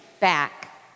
back